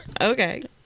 Okay